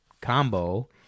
combo